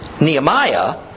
Nehemiah